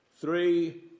three